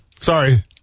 Sorry